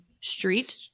street